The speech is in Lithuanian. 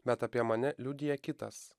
bet apie mane liudija kitas